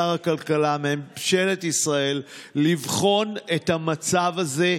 שר הכלכלה וממשלת ישראל לבחון את המצב הזה,